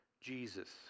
Jesus